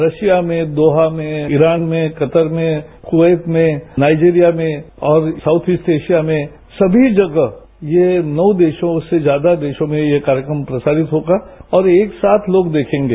Russia में Doha में Iran में कतर में कुर्वैत में नाइजीरिया में और साउथ ईस्ट एशिया में सभी जगह ये नौ देशों से ज्यादा देशों में यह कार्यक्रम प्रसारित होगा और एक साथ लोग देखेंगे